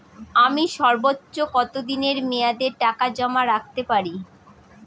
আমি সর্বোচ্চ কতদিনের মেয়াদে টাকা জমা রাখতে পারি?